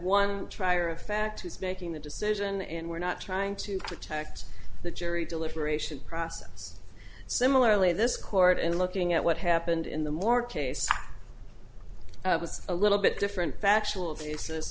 one trier of fact who's making the decision and we're not trying to protect the jury deliberation process similarly this court in looking at what happened in the more case it was a little bit different factual basis